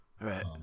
Right